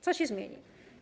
Co się zmieni?